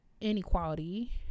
inequality